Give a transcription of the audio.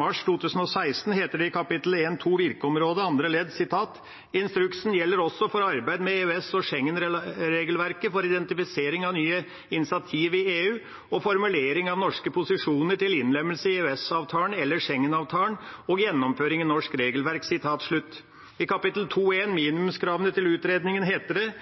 mars 2016 heter det i kapittel 1-2, Virkeområde, andre ledd: «Instruksen gjelder også for arbeid med EØS- og Schengen-regelverk, fra identifisering av nye initiativ i EU og formulering av norske posisjoner til innlemmelse i EØS-avtalen eller Schengen-avtalen og gjennomføring i norsk regelverk.» I kapittel 2-1, Minimumskravene til utredning, heter det